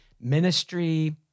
ministry